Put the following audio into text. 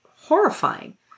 horrifying